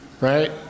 right